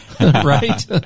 right